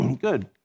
good